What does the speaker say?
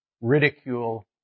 ridicule